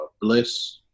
Bliss